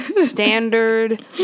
standard